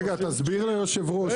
רגע, תסביר ליושב ראש.